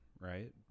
right